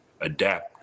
adapt